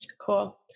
Cool